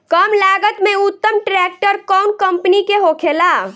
कम लागत में उत्तम ट्रैक्टर कउन कम्पनी के होखेला?